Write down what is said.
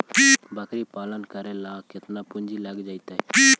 बकरी पालन करे ल केतना पुंजी लग जितै?